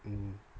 mm